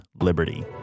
liberty